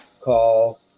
call